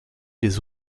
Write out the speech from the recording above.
des